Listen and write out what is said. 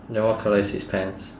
then what colour is his pants